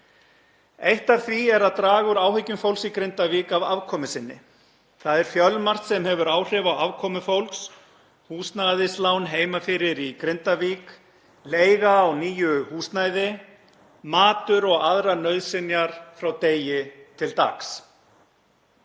Eitt af því er að draga úr áhyggjum fólks í Grindavík af afkomu sinni. Það er fjölmargt sem hefur áhrif á afkomu fólks; húsnæðislán heima fyrir í Grindavík, leiga á nýju húsnæði, matur og aðrar nauðsynjar frá degi til dags.